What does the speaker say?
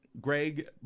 Greg